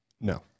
No